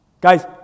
Guys